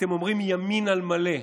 אתם אומרים: ימין על מלא,